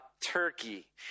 turkey